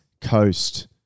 Coast